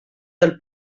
del